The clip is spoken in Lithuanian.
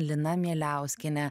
lina mieliauskiene